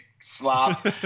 slop